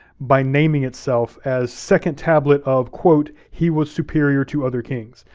by naming itself as second tablet of quote, he was superior to other kings,